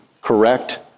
correct